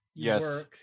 Yes